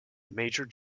major